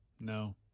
No